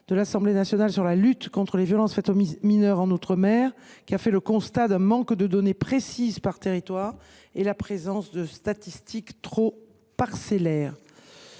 de l’Assemblée nationale sur la lutte contre les violences faites aux mineurs en outre mer, dont les auteurs ont constaté un manque de données précises par territoire et des statistiques trop parcellaires.